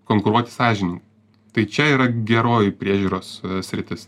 konkuruot sąžiningai tai čia yra geroji priežiūros sritis